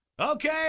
Okay